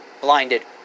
blinded